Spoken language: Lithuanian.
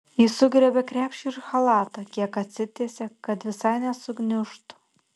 ji sugriebia krepšį ir chalatą kiek atsitiesia kad visai nesugniužtų